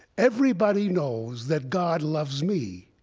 everybody knows that god loves me.